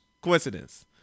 coincidence